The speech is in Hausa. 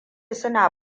suna